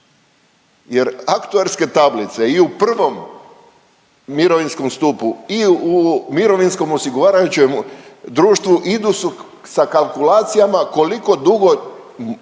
Jer aktuarske tablice i u prvom mirovinskom stupu i u mirovinskom osiguravajućem društvu idu sa kalkulacijama koliko dugo